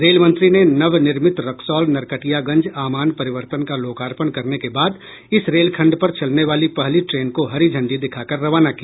रेलमंत्री ने नव निर्मित रक्सौल नरकटियागंज आमान परिवर्तन का लोकार्पण करने के बाद इस रेलखंड पर चलने वाली पहली ट्रेन को हरी झंडी दिखाकर रवाना किया